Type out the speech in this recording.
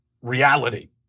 reality